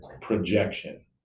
projection